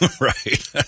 Right